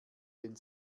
den